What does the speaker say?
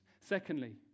Secondly